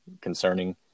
concerning